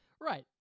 Right